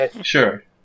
Sure